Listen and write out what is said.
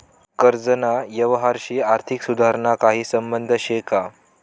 कर्जना यवहारशी आर्थिक सुधारणाना काही संबंध शे का?